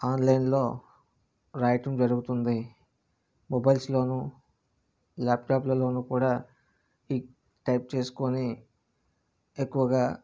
online లో రాయటం జరుగుతుంది మొబైల్స్ లోనూ ల్యాప్ట్యాప్ లలోను కూడా ఈ టైప్ చేసుకొని ఎక్కువగా